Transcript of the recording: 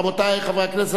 רבותי חברי הכנסת,